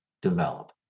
develop